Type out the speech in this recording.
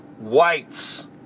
whites